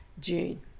June